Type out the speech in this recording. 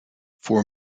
for